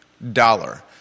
dollar